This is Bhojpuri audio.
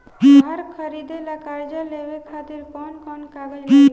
घर खरीदे ला कर्जा लेवे खातिर कौन कौन कागज लागी?